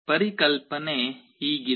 ಪರಿಕಲ್ಪನೆ ಹೀಗಿದೆ